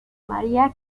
maría